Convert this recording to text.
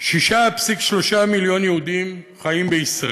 6.3 מיליון יהודים חיים בישראל,